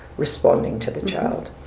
responding to the child.